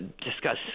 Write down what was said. discuss